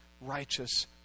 righteous